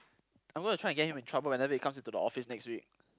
I'm going to try to get him in trouble whenever he comes into the office next week